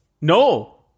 No